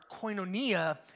koinonia